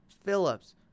Phillips